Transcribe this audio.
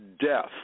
death